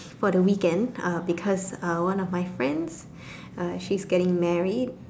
for the weekend uh because uh one of my friends uh she's getting married